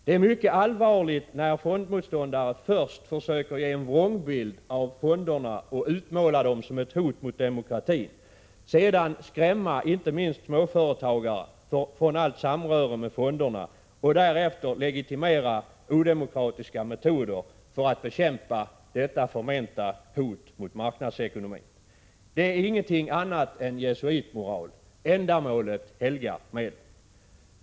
Det är mycket allvarligt när fondmotståndare först försöker ge en vrångbild av fonderna och utmåla dem som ett hot mot demokratin, sedan skrämma inte minst småföretagare för allt samröre med fonderna och därefter legitimera odemokratiska metoder för att bekämpa detta förmenta hot mot marknadsekonomin. Detta är ingenting annat än jesuitmoral — ändamålet helgar medlen.